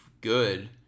good